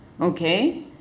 Okay